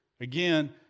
Again